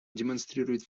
демонстрирует